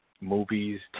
movies